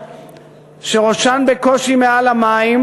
שראשן בקושי מעל למים,